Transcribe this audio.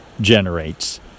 generates